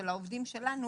של העובדים שלנו,